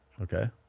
Okay